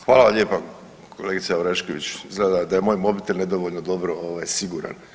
Hvala lijepa kolegice Orešković, izgleda da je moj mobitel nedovoljno dobro ovaj siguran.